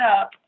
up